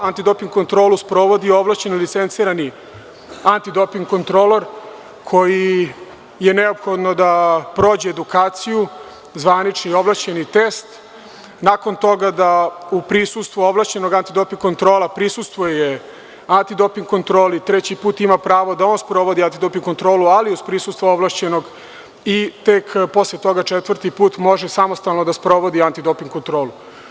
Antidoping kontrolu sprovodi ovlašćeni licencirani antidoping kontrolor koji je neophodno da prođe edukaciju, zvanični ovlašćeni test, nakon toga da, u prisustvu ovlašćenog, antidoping kontrola prisustvuje antidoping kontroli, treći put ima pravo da on sprovodi antidoping kontrolu, ali uz prisustvo ovlašćenog, i tek posle toga, četvrti put može samostalno da sprovodi antidoping kontrolu.